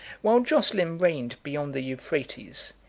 while joscelin reigned beyond the euphrates,